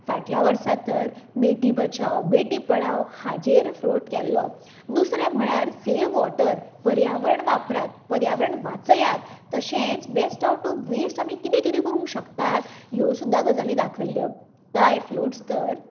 फाटल्या वर्सा तर बेटी बचावो बेटी पडाव हाजेर फ्लोट केल्लो दुसरें म्हळ्यार सेव वोटर पर्यावरण वापरात पर्यावरण वाचयात तशेंच बेश्ट आवट ऑफ वेश्ट आमी कितें कितें करूंक शकतात ह्यो सुद्दां गजाली दाखयल्यो कांय फ्लोट्स तर